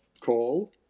call